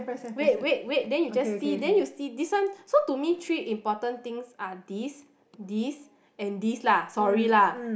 wait wait wait then you just see then you see this one so to me three important things are this this and this lah sorry lah